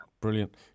brilliant